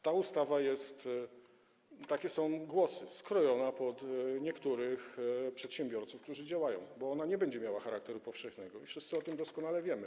Ta ustawa jest - takie są głosy - skrojona pod niektórych przedsiębiorców, którzy działają, bo ona nie będzie miała charakteru powszechnego i wszyscy o tym doskonale wiemy.